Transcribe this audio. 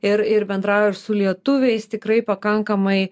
ir ir bendrauju ir su lietuviais tikrai pakankamai